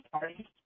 Sorry